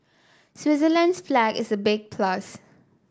Switzerland's flag is a big plus